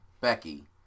Becky